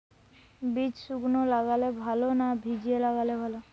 বীজ শুকনো লাগালে ভালো না ভিজিয়ে লাগালে ভালো?